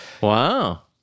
Wow